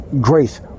grace